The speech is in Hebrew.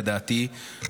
לדעתי,